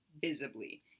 visibly